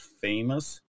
famous